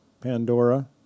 Pandora